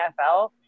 NFL